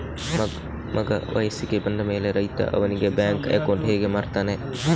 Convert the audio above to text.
ಮಗ ವಯಸ್ಸಿಗೆ ಬಂದ ಮೇಲೆ ರೈತ ಅವನಿಗೆ ಬ್ಯಾಂಕ್ ಅಕೌಂಟ್ ಹೇಗೆ ಮಾಡ್ತಾನೆ?